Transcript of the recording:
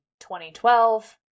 2012